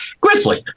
grizzly